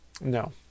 No